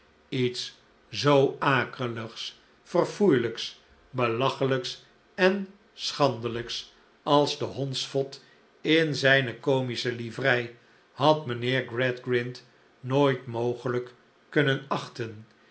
lets zoo akeligs verfoeielijks belachelijks en schande'lijks als de hondsvot in zijne comische livrei had mijnheer gradgrind nooit mogelijk kunnen achten